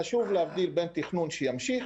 חשוב להבדיל בין תכנון שימשיך